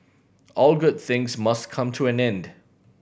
all good things must come to an end